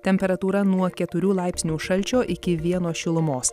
temperatūra nuo keturių laipsnių šalčio iki vieno šilumos